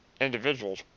individuals